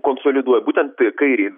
konsoliduoja būtent kairį